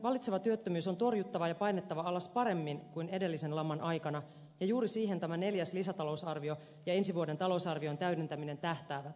vallitseva työttömyys on torjuttava ja painettava alas paremmin kuin edellisen laman aikana ja juuri siihen tämä neljäs lisätalousarvio ja ensi vuoden talousarvion täydentäminen tähtäävät